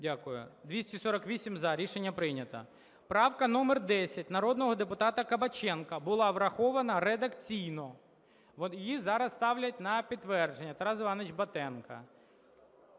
Дякую. 248 – за. Рішення прийнято. Правка номер 10 народного депутата Кабаченка була врахована редакційно. Її зараз ставлять на підтвердження, Тарас Іванович Батенко.